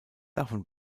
davon